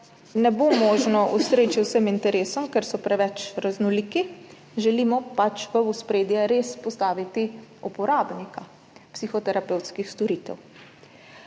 ne bo možno ustreči vsem interesom, ker so preveč raznoliki. V ospredje res želimo postaviti uporabnika psihoterapevtskih storitev.